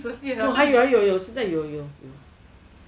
no 还有还有现在还有